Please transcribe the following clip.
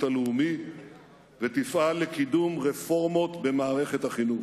הלאומי ותפעל לקידום רפורמות במערכת החינוך.